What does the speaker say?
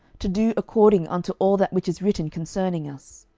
to do according unto all that which is written concerning us.